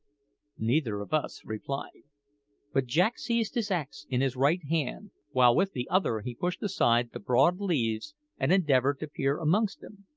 neither of us replied but jack seized his axe in his right hand, while with the other he pushed aside the broad leaves and endeavoured to peer amongst them.